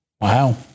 Wow